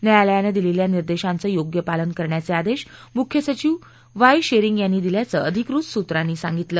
न्यायालयानं दिलेल्या निर्देशांचं योग्य पालन करण्याचे आदेश मुख्य सचिव वाई शेरिंग यांनी दिल्याचं अधिकृत सुत्रांनी सांगितलं